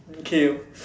okay